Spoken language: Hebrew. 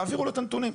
תעבירו לו את הנתונים.